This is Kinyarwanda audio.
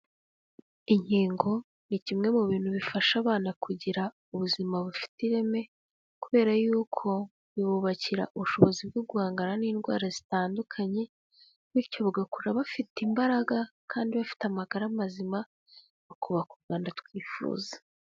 Inkingo ni kimwe mu bintu bifasha abana kugira ubuzima bufite ireme kubera y'uko bibubakira ubushobozi bwo guhangana n'indwara zitandukanye. Bityo bagakura bafite imbaraga kandi bafite amagara mazima bakubaka u Rwanda twifuza.